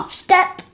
step